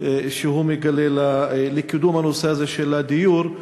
שהוא מגלה בקידום הנושא הזה של הדיור.